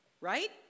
right